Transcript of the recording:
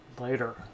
Later